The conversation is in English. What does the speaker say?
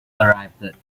arrived